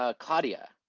ah claudia.